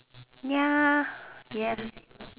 ya